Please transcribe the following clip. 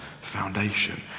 foundation